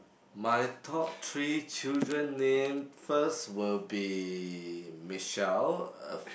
my top three children name first will be Michelle